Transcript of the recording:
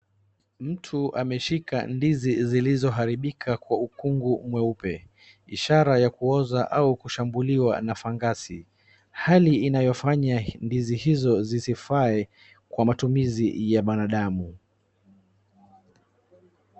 Mtu ameshika ndizi zilizoharibika kwa ukungu mweupe ishara ya kuoza au kushambuliwa na fangasi. Hali inayofanya ndizi hizo zisifae kwa matumizi ya mwanadamu.